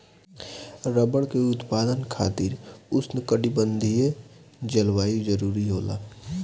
rubber के उत्पादन खातिर उष्णकटिबंधीय जलवायु जरुरी होला